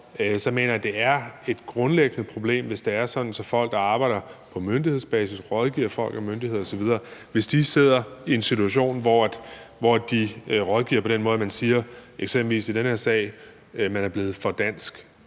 mener jeg, det er et grundlæggende problem, hvis det er sådan, at personer, der arbejder på myndighedsbasis, rådgiver folk og myndigheder osv., altså hvis de sidder i en situation, hvor de rådgiver på den måde, at man siger, som man eksempelvis gør i den her sag, at man er blevet for dansk.